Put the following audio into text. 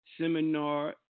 Seminar